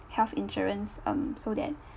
health insurance um so that